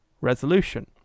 resolution